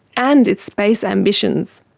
and its space ambitions.